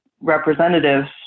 representatives